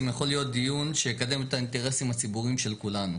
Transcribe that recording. יכול להיות דיון שיקדם את האינטרסים הציבוריים של כולנו.